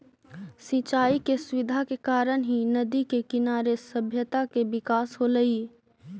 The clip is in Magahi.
सिंचाई के सुविधा के कारण ही नदि के किनारे सभ्यता के विकास होलइ